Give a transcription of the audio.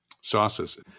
sauces